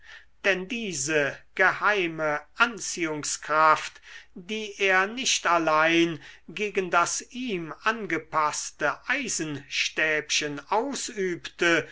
denn diese geheime anziehungskraft die er nicht allein gegen das ihm angepaßte eisenstäbchen ausübte